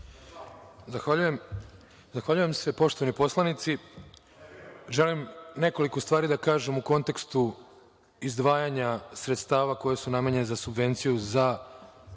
Zahvaljujem se. Poštovani poslanici, želim nekoliko stvari da kažem u kontekstu izdvajanja sredstava koje su namenjene za subvenciju za obavljanje